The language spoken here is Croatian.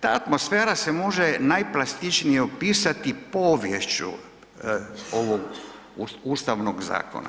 Ta atmosfera se može najplastičnije opisati poviješću ovog Ustavnog zakona.